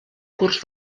curs